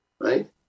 right